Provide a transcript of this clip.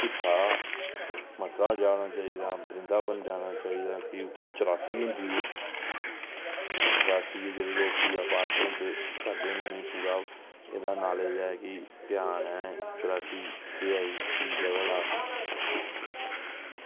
हिस्सा मथुरा जाना चाहिदा वृंदावन जाना चाहिदा भी उत्थै चौरासी होंदी चौरासी होंदी भी लोग पूजा पाठ करदे न पूरा एह्दा नॉलेज़ ऐ की ध्यान ऐ चौरासी केह् चीज़ ऐ भला